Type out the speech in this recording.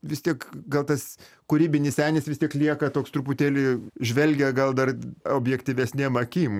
vis tiek gal tas kūrybinis senis vis tiek lieka toks truputėlį žvelgia gal dar objektyvesnėm akim